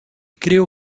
creo